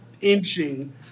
inching